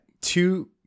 two